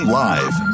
live